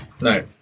no